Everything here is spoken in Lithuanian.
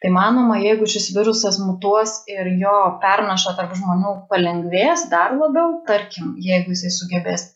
tai manoma jeigu šis virusas mutuos ir jo pernaša tarp žmonių palengvės dar labiau tarkim jeigu jisai sugebės